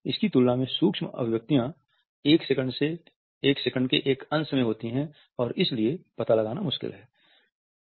इसकी तुलना में सूक्ष्म अभिव्यक्तियां एक सेकंड के एक अंश में होती हैं और इसलिए पता लगाना मुश्किल है